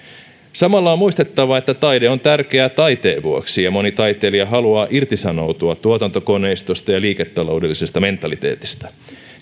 samalla on muistettava että taide on tärkeää taiteen vuoksi ja moni taiteilija haluaa irtisanoutua tuotantokoneistosta ja liiketaloudellisesta mentaliteetista